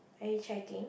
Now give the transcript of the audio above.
are you checking